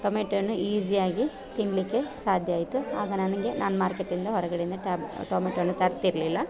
ಟೊಮೆಟೊವನ್ನು ಈಸಿಯಾಗಿ ತಿನ್ನಲಿಕ್ಕೆ ಸಾಧ್ಯ ಆಯಿತು ಆಗ ನನಗೆ ನಾನು ಮಾರ್ಕೆಟಿಂದ ಹೊರಗಡೆಯಿಂದ ಟೊಮೆಟೊವನ್ನು ತರುತ್ತಿರ್ಲಿಲ್ಲ